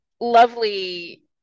lovely